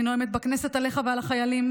אני נואמת בכנסת עליך ועל החיילים,